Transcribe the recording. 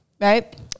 right